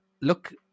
look